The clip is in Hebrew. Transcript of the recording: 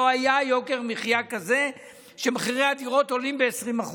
לא היה יוקר מחיה כזה שמחירי הדירות עולים ב-20%.